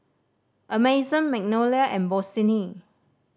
Amazon Magnolia and Bossini